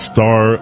Star